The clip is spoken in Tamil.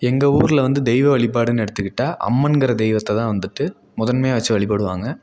எங்கள் ஊரில் வந்து தெய்வ வழிபாடுன்னு எடுத்துக்கிட்டா அம்மன்ங்கிற தெய்வத்தை தான் வந்துவிட்டு முதன்மையாக வச்சு வழிபடுவாங்க